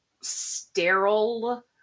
sterile